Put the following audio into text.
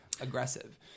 Aggressive